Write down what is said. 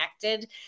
connected